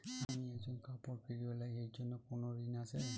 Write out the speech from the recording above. আমি একজন কাপড় ফেরীওয়ালা এর জন্য কোনো ঋণ আছে?